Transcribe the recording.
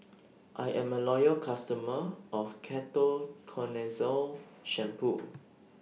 I'm A Loyal customer of Ketoconazole Shampoo